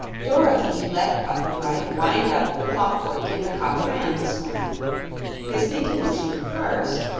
dorothy let button-bright wind up the clock-work in the copper man this morning his thinking machine first,